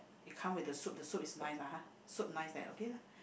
we come with the soup the soup is nice lah soup nice that's okay lah